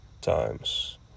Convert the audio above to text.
times